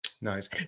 Nice